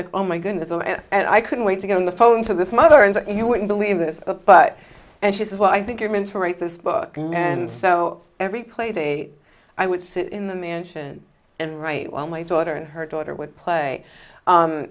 like oh my goodness and i couldn't wait to get on the phone to this mother and you wouldn't believe this but and she says well i think you're meant to write this book and so every play day i would sit in the mansion and write while my daughter and her daughter would play